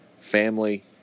family